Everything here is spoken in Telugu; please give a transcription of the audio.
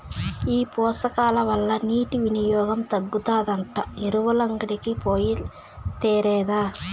ఈ పోషకాల వల్ల నీటి వినియోగం తగ్గుతాదంట ఎరువులంగడికి పోయి తేరాదా